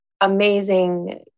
amazing